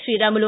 Sriramulu